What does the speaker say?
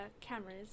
cameras